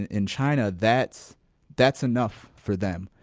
and in china that's that's enough for them.